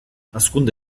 hazkunde